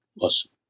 awesome